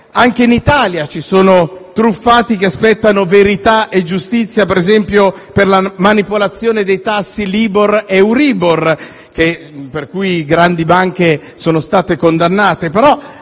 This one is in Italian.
anche in Italia ci sono truffati che aspettano verità e giustizia, per esempio, per la manipolazione dei tassi Libor ed Euribor, per cui grandi banche sono state condannate.